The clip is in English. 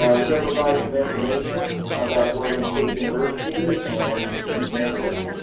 ah we're going to provide some information about oregon state university and ecampus.